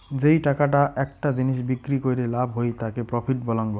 যেই টাকাটা একটা জিনিস বিক্রি কইরে লাভ হই তাকি প্রফিট বলাঙ্গ